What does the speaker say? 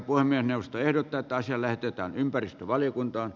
puhemiesneuvosto ehdottaa että asia lähetetään ympäristövaliokuntaan